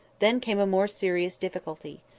then came a more serious difficulty.